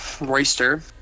Royster